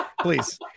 Please